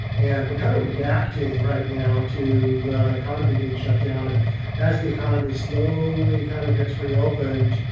and we're kind of reacting right now to the economy being shut down. and as the economy slowly kind of gets reopened,